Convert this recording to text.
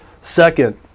Second